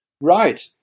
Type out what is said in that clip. Right